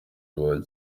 yubaha